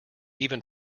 even